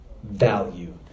value